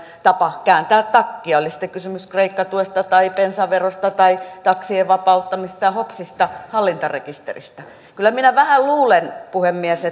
tapa kääntää takkia oli sitten kysymys kreikka tuesta tai bensaverosta tai taksien vapauttamisesta ja hopsista hallintarekisteristä kyllä minä vähän luulen puhemies